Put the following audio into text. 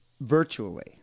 virtually